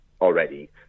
already